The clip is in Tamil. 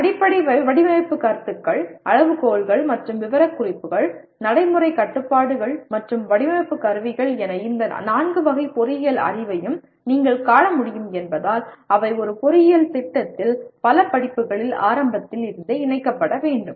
அடிப்படை வடிவமைப்பு கருத்துக்கள் அளவுகோல்கள் மற்றும் விவரக்குறிப்புகள் நடைமுறைக் கட்டுப்பாடுகள் மற்றும் வடிவமைப்பு கருவிகள் என இந்த நான்கு வகை பொறியியல் அறிவையும் நீங்கள் காண முடியும் என்பதால் அவை ஒரு பொறியியல் திட்டத்தில் பல படிப்புகளில் ஆரம்பத்தில் இருந்தே இணைக்கப்பட வேண்டும்